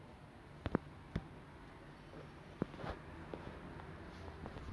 ya then she then that was how our relationship started like we